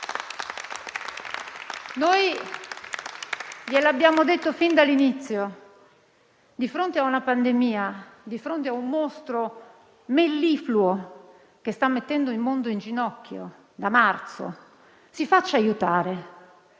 Noi glielo abbiamo detto fin dall'inizio: di fronte a una pandemia, di fronte a un mostro mellifluo che sta mettendo il mondo in ginocchio da marzo, si faccia aiutare.